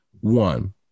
One